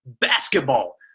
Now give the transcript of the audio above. basketball